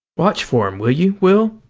watch for him, will you, will?